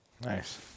nice